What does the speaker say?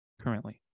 currently